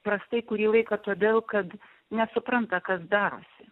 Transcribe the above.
prastai kurį laiką todėl kad nesupranta kas darosi